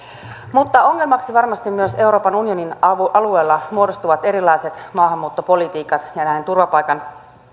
mutta ongelmaksi varmasti myös euroopan unionin alueella muodostuvat erilaiset maahanmuuttopolitiikat ja turvapaikan